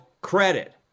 credit